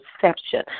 perception